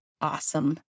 awesome